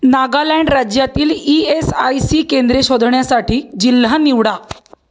नागालँड राज्यातील E S I C केंद्रे शोधण्यासाठी जिल्हा निवडा